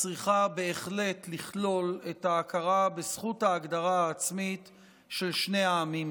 צריכה בהחלט לכלול את ההכרה בזכות ההגדרה העצמית של שני העמים.